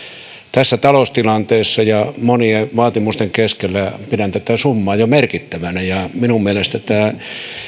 tässä taloustilanteessa ja monien vaatimusten keskellä pidän tätä summaa jo merkittävänä minun mielestäni tämä